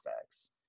effects